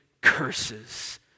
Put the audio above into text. curses